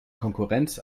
konkurrenz